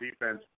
defense